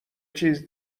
چیز